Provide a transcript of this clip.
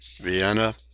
vienna